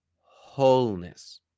wholeness